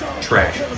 trash